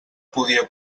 podia